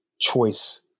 choice